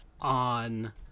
On